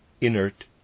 inert